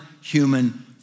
human